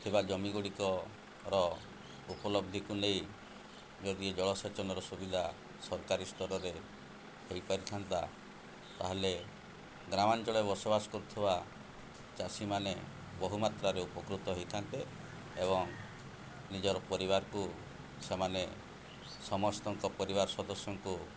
ଥିବା ଜମିଗୁଡ଼ିକର ଉପଲବ୍ଧିକୁ ନେଇ ଯଦି ଜଳସେଚନର ସୁବିଧା ସରକାରୀ ସ୍ତରରେ ହେଇପାରିଥାନ୍ତା ତା'ହେଲେ ଗ୍ରାମାଞ୍ଚଳରେ ବସବାସ କରୁଥିବା ଚାଷୀମାନେ ବହୁମାତ୍ରାରେ ଉପକୃତ ହେଇଥାନ୍ତେ ଏବଂ ନିଜର ପରିବାରକୁ ସେମାନେ ସମସ୍ତଙ୍କ ପରିବାର ସଦସ୍ୟଙ୍କୁ